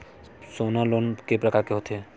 सोना लोन के प्रकार के होथे?